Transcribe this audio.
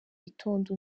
itonde